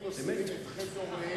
הם נושאים את חטא הוריהם.